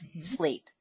sleep